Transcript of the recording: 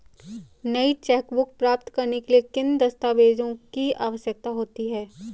नई चेकबुक प्राप्त करने के लिए किन दस्तावेज़ों की आवश्यकता होती है?